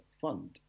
fund